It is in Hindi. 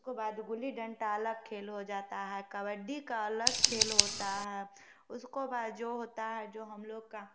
उसको बाद गिल्ली डंडा अलग खेल हो जाता है कबड्डी का अलग खेल होता है उसको बाद जो होता है जो हम लोग का